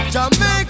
Jamaica